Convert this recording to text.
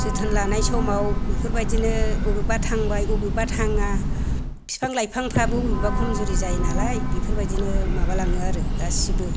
जोथोन लानाय समाव बेफोरबायदिनो बबेबा थांबाय बबेबा थाङा बिफां लाइफांफोराबो बबेबा खमजुरि जायो नालाय बेफोरबायदिनो माबालाङो आरो गासैबो